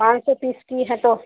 पाँच सौ तीस की है तो